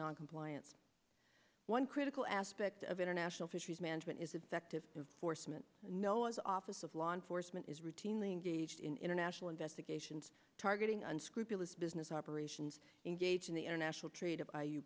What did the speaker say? noncompliance one critical aspect of international fisheries management is effective foresman know as office of law enforcement is routinely engaged in international investigations targeting unscrupulous business operations engaged in the international trade of